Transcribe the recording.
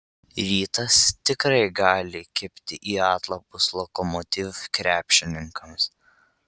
rytas tikrai gali kibti į atlapus lokomotiv krepšininkams